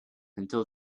until